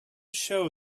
show